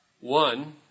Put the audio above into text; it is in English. One